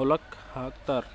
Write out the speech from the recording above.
ಹೊಲಕ್ಕ್ ಹಾಕ್ತಾರ್